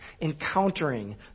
encountering